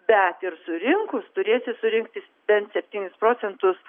bet ir surinkus turėsi surinkti bent septynis procentus